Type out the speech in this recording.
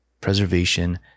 preservation